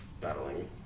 battling